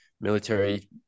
military